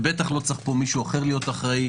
ובטח לא צריך להיות פה מישהו אחר אחראי,